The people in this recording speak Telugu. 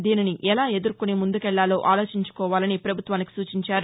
దీనిని ఎలా ఎదుర్కొని ముందుకెళ్లాలో ఆలోచించుకోవాలని ప్రభుత్వానికి సూచించారు